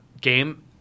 game